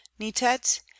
nitet